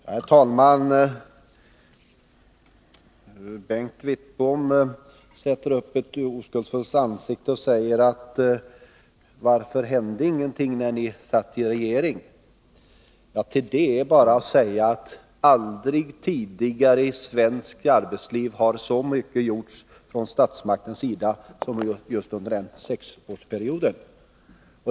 Herr talman! Bengt Wittbom sätter upp ett oskuldsfullt ansikte och säger: Varför hände ingenting när ni satt i regeringen? Till det är bara att säga: Aldrig tidigare i svenskt arbetsliv har så mycket gjorts från statsmaktens sida som just under den senaste sexårsperioden.